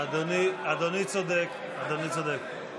אדוני צודק, אדוני צודק.